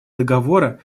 договора